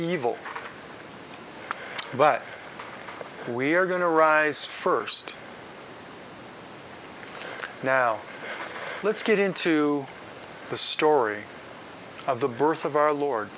evil but we're going to rise first now let's get into the story of the birth of our lord